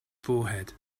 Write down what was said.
forehead